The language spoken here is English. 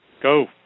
Go